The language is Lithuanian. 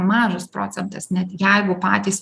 mažas procentas net jeigu patys